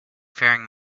faring